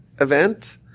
event